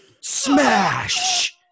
Smash